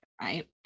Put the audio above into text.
right